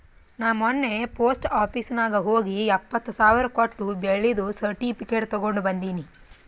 ನಾ ಮೊನ್ನೆ post office ನಾಗ್ ಹೋಗಿ ಎಪ್ಪತ್ ಸಾವಿರ್ ಕೊಟ್ಟು ಬೆಳ್ಳಿದು ಸರ್ಟಿಫಿಕೇಟ್ ತಗೊಂಡ್ ಬಂದಿನಿ